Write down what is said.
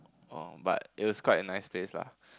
orh but it was quite a nice place lah